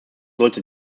sollte